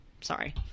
Sorry